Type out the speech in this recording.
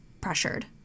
pressured